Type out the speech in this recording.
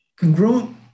congruent